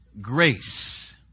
grace